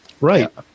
Right